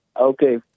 Okay